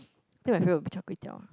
I think my favourite will be char-kway-teow